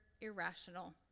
irrational